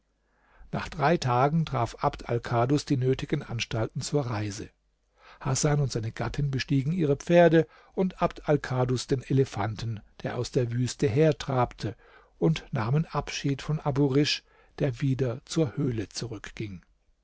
nach drei tagen traf abd alkadus die nötigen anstalten zur reise hasan und seine gattin bestiegen ihre pferde und abd alkadus den elefanten der aus der wüste hertrabte und nahmen abschied von abu risch der wieder zur höhle zurückging